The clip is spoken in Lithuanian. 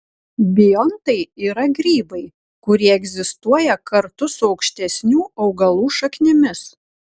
biontai yra grybai kurie egzistuoja kartu su aukštesnių augalų šaknimis